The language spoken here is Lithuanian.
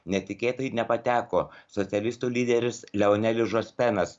netikėtai nepateko socialistų lyderis lionelis žospenas